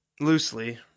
loosely